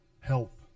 Help